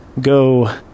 go